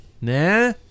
Nah